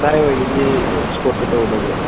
ꯚꯥꯏ ꯍꯣꯏꯒꯤꯗꯤ ꯁ꯭ꯄꯣꯔꯠꯀ ꯇꯧꯗꯕ꯭ꯔꯣ